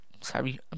Sorry